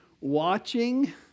watching